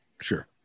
Sure